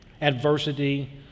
adversity